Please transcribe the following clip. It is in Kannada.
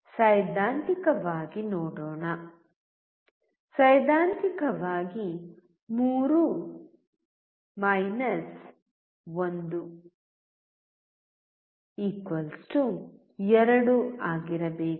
ಸೈದ್ಧಾಂತಿಕವಾಗಿ ನೋಡೋಣ ಸೈದ್ಧಾಂತಿಕವಾಗಿ 3 1 2 ಆಗಿರಬೇಕು